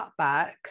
cutbacks